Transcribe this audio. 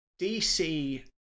dc